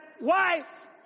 wife